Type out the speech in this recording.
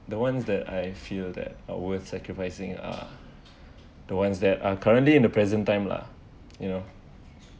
the ones that I fear that are worth sacrificing uh the ones that are currently in the present time lah you know